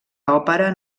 òpera